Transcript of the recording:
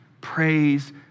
Praise